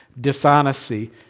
dishonesty